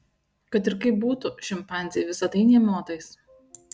kad ir kaip būtų šimpanzei visa tai nė motais